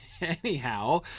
anyhow